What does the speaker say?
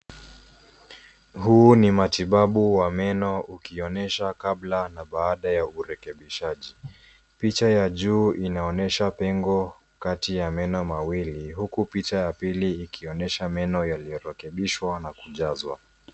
Huu ni matibabu wa meno ukionyesha kabla na baada ya urekebishaji. Picha ya juu inaonyesha pengo katika ya meno mawili huku picha ya pili ikionyesha meno yaliyorekebishwa na kujazwa.